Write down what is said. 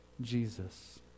Jesus